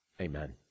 Amen